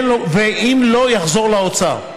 אם לא, זה יחזור לאוצר.